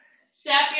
step